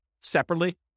separately